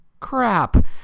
crap